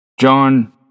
John